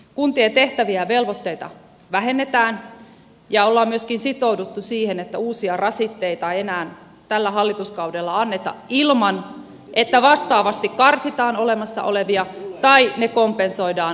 kuntien tehtäviä ja velvoitteita vähennetään ja ollaan myöskin sitouduttu siihen että uusia rasitteita ei enää tällä hallituskaudella anneta ilman että vastaavasti karsitaan olemassa olevia tai ne kompensoidaan sataprosenttisesti